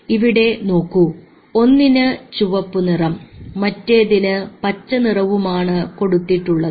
ഇവിടെ നോക്കൂ ഒന്നിന് ചുവപ്പുനിറവും മറ്റേതിന് പച്ചനിറവുമാണ് കൊടുത്തിട്ടുള്ളത്